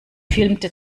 filmte